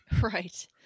Right